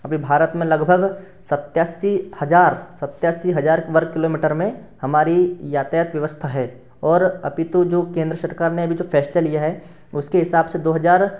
अभी भारत में लगभग सत्तासी हजार सत्तासी हजार वर्ग किलोमीटर में हमारी यातायात व्यवस्था है और अपितु जो केंद्र सरकार ने अभी जो फैसला लिया है उसके हिसाब से दो हजार